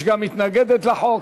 יש גם מתנגדת לחוק,